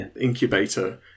incubator